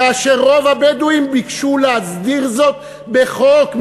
כאשר רוב הבדואים ביקשו להסדיר זאת בחוק,